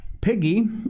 Piggy